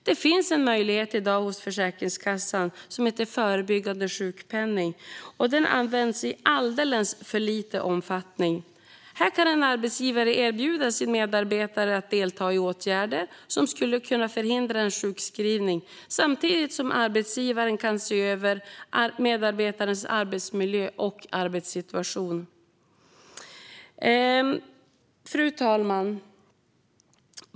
Det finns i dag en möjlighet hos Försäkringskassan som heter förebyggande sjukpenning. Den används i alldeles för liten omfattning. Här kan en arbetsgivare erbjuda sin medarbetare att delta i åtgärder som skulle kunna förhindra en sjukskrivning samtidigt som arbetsgivaren kan se över medarbetarens arbetsmiljö och arbetssituation. Fru talman!